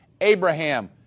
Abraham